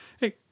hey